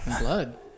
Blood